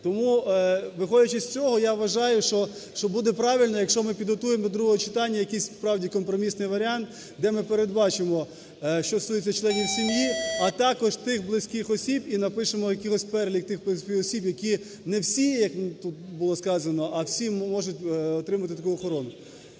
Тому, виходячи з цього, я вважаю, що буде правильно, якщо ми підготуємо до другого читання якийсь справді компромісний варіант, де ми передбачимо, що стосується членів сім'ї, а також тих близьких осіб і напишемо якийсь перелік тих осіб, які не всі, як тут було сказано, а всі можуть отримати таку охорону.